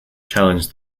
challenged